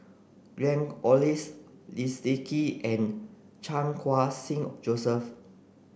Glen Goei Leslie Kee and Chan Khun Sing Joseph